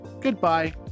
goodbye